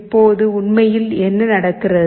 இப்போது உண்மையில் என்ன நடக்கிறது